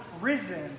risen